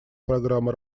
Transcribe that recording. программы